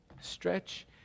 stretch